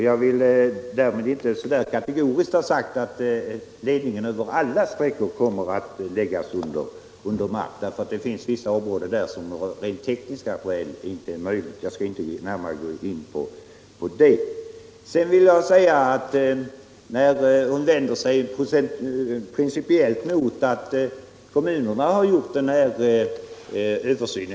Jag vill därmed inte kategoriskt ha sagt att ledningen på alla sträckor kommer att läggas under jord. Det finns vissa områden där det av rent tekniska skäl inte är möjligt — jag skall inte närmare gå in på det. Fru Sundberg vänder sig principiellt mot att kommunerna gjort denna översyn.